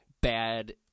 bad